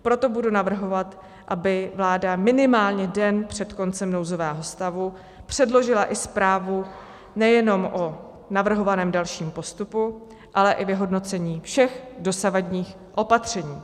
Proto budu navrhovat, aby vláda minimálně den před koncem nouzového stavu předložila i zprávu nejenom o navrhovaném dalším postupu, ale i vyhodnocení všech dosavadních opatření.